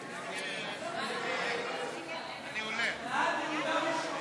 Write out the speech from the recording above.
ההצעה להעביר את הצעת חוק